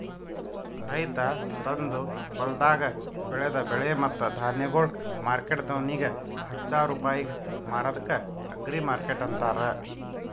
ರೈತ ತಂದು ಹೊಲ್ದಾಗ್ ಬೆಳದ ಬೆಳೆ ಮತ್ತ ಧಾನ್ಯಗೊಳ್ ಮಾರ್ಕೆಟ್ದವನಿಗ್ ಹಚ್ಚಾ ರೂಪಾಯಿಗ್ ಮಾರದ್ಕ ಅಗ್ರಿಮಾರ್ಕೆಟ್ ಅಂತಾರ